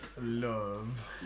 love